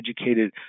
educated